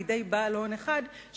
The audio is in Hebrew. לידי בעל הון אחד,